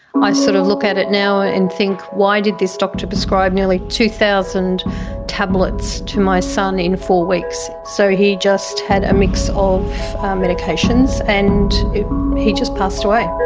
sort of look at it now and think why did this doctor prescribe nearly two thousand tablets to my son in four weeks. so he just had a mix of medications, and he just passed away.